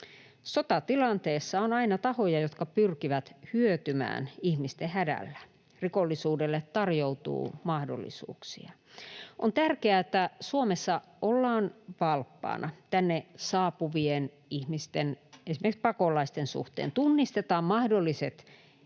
Sotatilanteessa on aina tahoja, jotka pyrkivät hyötymään ihmisten hädällä. Rikollisuudelle tarjoutuu mahdollisuuksia. On tärkeää, että Suomessa ollaan valppaina tänne saapuvien ihmisten, esimerkiksi pakolaisten, suhteen, tunnistetaan mahdolliset ihmiskauppa-